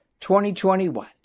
2021